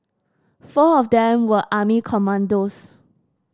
four of them were army commandos